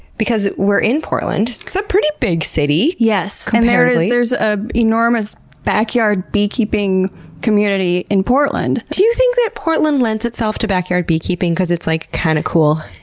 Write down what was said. because we're in portland. it's a pretty big city! yes, and there is an ah enormous backyard beekeeping community in portland. do you think that portland lends itself to backyard beekeeping because it's, like, kinda cool?